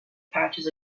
patches